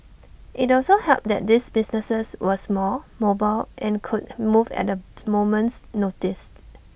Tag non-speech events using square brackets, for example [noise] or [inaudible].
[noise] IT also helped that these businesses were small mobile and could move at A moment's notice